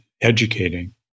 educating